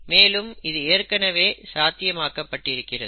மேலும் இது ஏற்கனவே சாத்தியம் ஆக்கப்பட்டிருக்கிறது